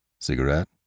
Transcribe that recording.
Cigarette